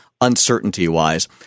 uncertainty-wise